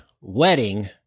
wedding